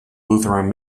lutheran